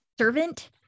Servant